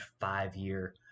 five-year